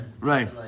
Right